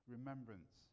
Remembrance